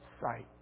sight